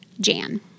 Jan